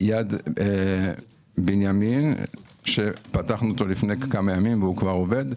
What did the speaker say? יד בנימין שפתחנו אותו לפני כמה ימים וכבר עובד.